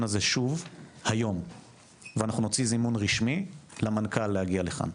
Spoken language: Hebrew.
הזה שוב היום ואנחנו נוציא זימון רשמי למנכ"ל להגיע לכאן,